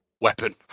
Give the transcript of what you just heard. weapon